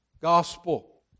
Gospel